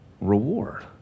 reward